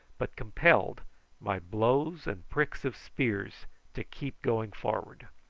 but compelled by blows and pricks of spears to keep going forward.